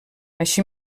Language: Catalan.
així